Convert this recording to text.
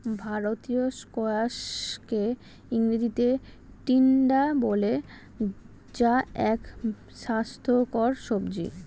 ভারতীয় স্কোয়াশকে ইংরেজিতে টিন্ডা বলে যা এক স্বাস্থ্যকর সবজি